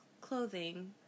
clothing